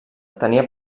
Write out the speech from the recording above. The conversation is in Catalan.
tenia